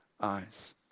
eyes